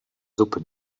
suppe